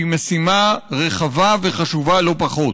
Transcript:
שהיא משימה רחבה וחשובה לא פחות,